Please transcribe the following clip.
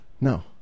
no